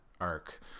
arc